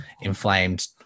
inflamed